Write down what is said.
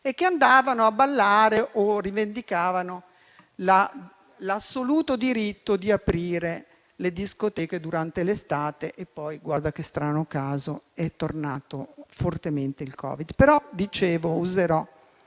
e che andavano a ballare o rivendicavano l'assoluto diritto di aprire le discoteche durante l'estate. Poi - guarda che strano caso - è tornato fortemente il Covid. Dicevo che userò